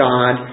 God